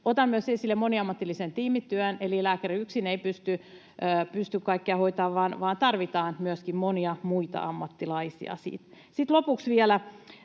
Otan esille myös moniammatillisen tiimityön, eli lääkäri yksin ei pysty kaikkea hoitamaan, vaan tarvitaan myöskin monia muita ammattilaisia. Sitten lopuksi vielä